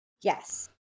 Yes